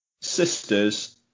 sisters